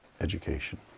education